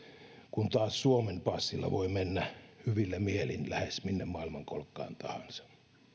kun taas suomen passilla voi mennä hyvillä mielin lähes minne maailmankolkkaan tahansa